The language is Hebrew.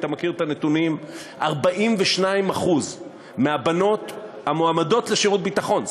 אם אתה מכיר את הנתונים: 42% מהבנות המועמדות לשירות ביטחון,